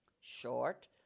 short